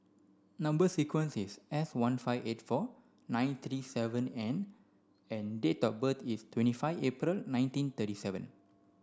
number sequence is S one five eight four nine three seven N and date of birth is twenty five April nineteen thirty seven